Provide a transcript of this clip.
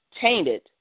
tainted